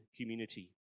community